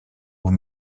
aux